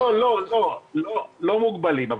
לא מוגבלים,